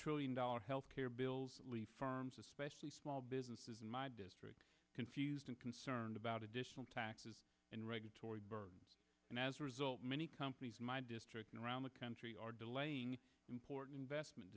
trillion dollar health care bills lee firms especially small businesses in my district confused and concerned about additional taxes and regulatory burdens and as a result many companies my district around the country are delaying important vestment